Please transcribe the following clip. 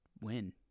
win